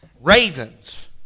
Ravens